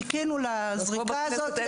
חיכינו לזריקה הזאת.